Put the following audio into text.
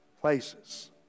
places